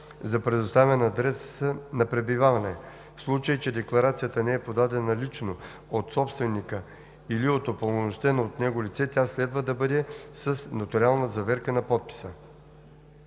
за предоставен адрес на пребиваване; в случай че декларацията не е подадена лично от собственика или от упълномощено от него лице, тя следва да бъде с нотариална заверка на подписа.“